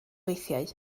weithiau